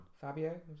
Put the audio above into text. Fabio